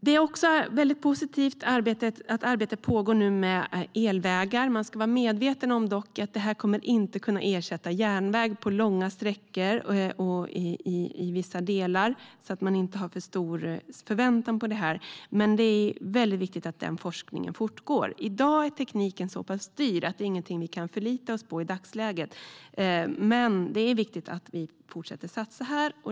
Det är positivt att arbetet med elvägar nu pågår. Man ska dock vara medveten om att de inte kommer att kunna ersätta järnväg på långa sträckor eller i alla delar så att man inte har för stora förväntningar på detta. Men det är viktigt att den forskningen fortgår. I dagsläget är tekniken så pass dyr att det här inte är någonting vi kan förlita oss på, men det är viktigt att vi fortsätter satsa här.